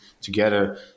together